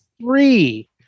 three